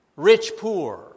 rich-poor